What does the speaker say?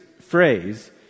phrase